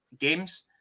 games